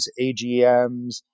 AGMs